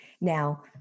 Now